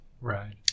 right